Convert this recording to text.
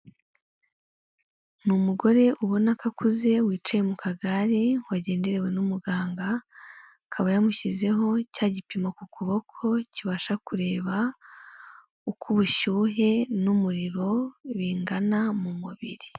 Ni umugore ubona ko akuze wicaye mu kagare, wagenderewe n'umuganga, akaba yamushyizeho cya gipimo ku kuboko kibasha kureba uko ubushyuhe n'umuriro bingana mu mubiri.